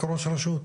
כראש רשות,